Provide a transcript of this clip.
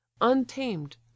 untamed